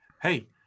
hey